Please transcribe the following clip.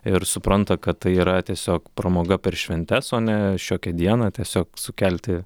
ir supranta kad tai yra tiesiog pramoga per šventes o ne šiokią dieną tiesiog sukelti